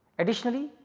additionally,